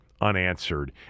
unanswered